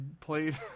played